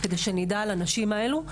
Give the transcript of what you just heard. כדי שנדע על הנשים האלה.